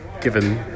given